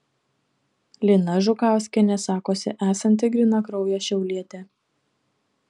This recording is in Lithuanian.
lina žukauskienė sakosi esanti grynakraujė šiaulietė